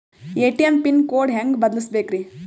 ATM pin code ಹೆಂಗ್ ಬದಲ್ಸ್ಬೇಕ್ರಿ?